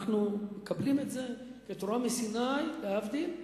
אנחנו מקבלים את זה כתורה מסיני, להבדיל,